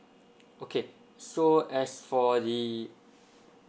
okay so as for the